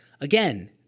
again